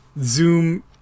zoom